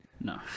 No